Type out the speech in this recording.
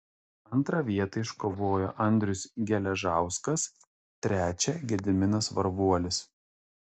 antrą vietą iškovojo andrius geležauskas trečią gediminas varvuolis